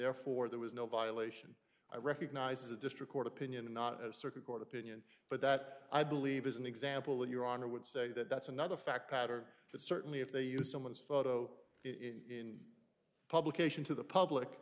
therefore there was no violation i recognize a district court opinion and not a circuit court opinion but that i believe is an example of your honor i would say that that's another factor that certainly if they use someone's photo in publication to the public